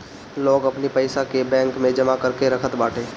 लोग अपनी पईसा के बैंक में जमा करके रखत बाटे